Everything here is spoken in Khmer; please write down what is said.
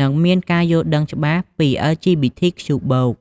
និងមានការយល់ដឹងច្បាស់ពី អិល ជី ប៊ី ធី ខ្ជូ បូក (LGBTQ+)។